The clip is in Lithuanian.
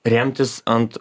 remtis ant